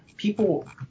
People